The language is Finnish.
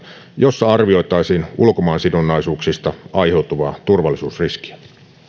jossa arvioitaisiin ulkomaansidonnaisuuksista aiheutuvaa turvallisuusriskiä